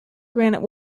granite